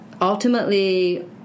Ultimately